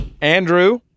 Andrew